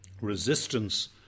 resistance